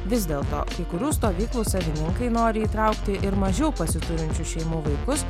vis dėlto kai kurių stovyklų savininkai nori įtraukti ir mažiau pasiturinčių šeimų vaikus